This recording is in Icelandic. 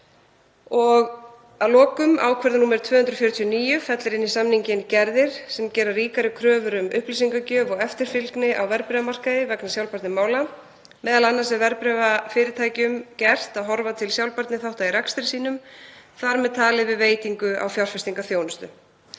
fellir ákvörðun nr. 249 inn í samninginn gerðir sem gera ríkari kröfur um upplýsingagjöf og eftirfylgni á verðbréfamarkaði vegna sjálfbærnimála. Meðal annars er verðbréfafyrirtækjum gert að horfa til sjálfbærniþátta í rekstri sínum, þar með talið við veitingu á fjárfestingarþjónustu.